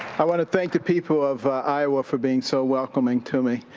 i want to thank the people of iowa for being so welcoming to me.